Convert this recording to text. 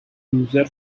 user